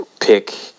pick